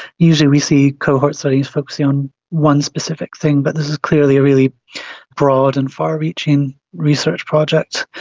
usually we see cohort studies focusing on one specific thing, but this is clearly a really broad and far-reaching research project.